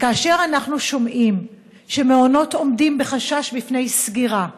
וכאשר אנחנו שומעים שמעונות עומדים בחשש מפני סגירה,